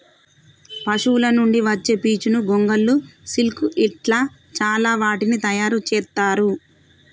పశువుల నుండి వచ్చే పీచును గొంగళ్ళు సిల్క్ ఇట్లా చాల వాటిని తయారు చెత్తారు